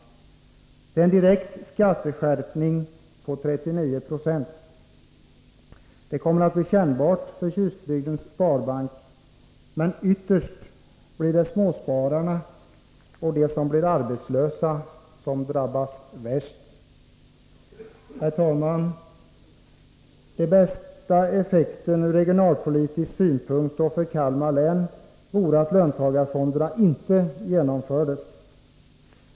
Det är en direkt skatteskärpning med 39 96. Det kommer att bli kännbart för Tjustbygdens Sparbank, men ytterst blir det småspararna och de som blir arbetslösa som drabbas värst. Herr talman! Den bästa effekten ur regionalpolitisk synpunkt och för Kalmar län vore att löntagarfonder inte genomfördes.